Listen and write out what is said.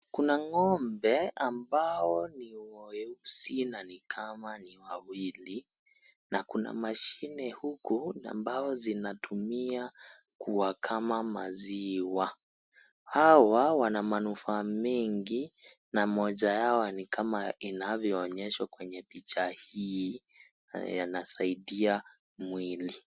Kuna ngombe ambao ni waeusi na nikama ni wawili, na kuna mashine huku ambao zinatumia kuwakama maziwa. Hawa wana manufa mengi na moja yawa ni kama inavyo onyesha kwenye picha hii yanasaidia mwili.